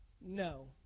no